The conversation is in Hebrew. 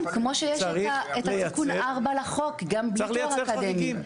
כן, כמו שיש תיקון 4 לחוק גם בלי תואר אקדמי.